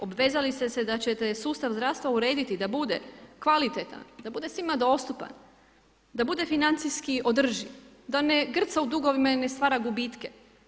Obvezali ste se da ćete sustav zdravstva urediti da bude kvalitetan, da bude svima dostupan, da bude financijski održiv, da ne grca u dugovima i ne stvara gubitke.